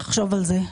תחשוב על זה.